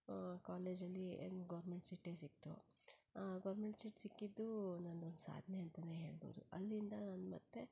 ಕಾಲೇಜಲ್ಲಿ ನಂಗ್ ಗೌರ್ಮೆಂಟ್ ಸೀಟೇ ಸಿಕ್ತು ಗೌರ್ಮೆಂಟ್ ಸೀಟ್ ಸಿಕ್ಕಿದ್ದು ನಂದೊಂದು ಸಾಧನೆ ಅಂತನೇ ಹೇಳ್ಬೋದು ಅಲ್ಲಿಂದ ನಾನು ಮತ್ತೆ